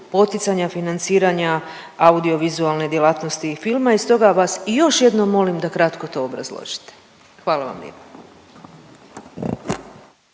poticanja financiranja audiovizualne djelatnosti i filma i stoga vas i još jednom molim da kratko to obrazložite. Hvala vam lijepa.